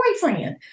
boyfriend